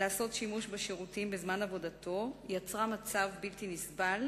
לעשות שימוש בשירותים בזמן עבודתו יצרה מצב בלתי נסבל